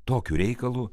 tokiu reikalu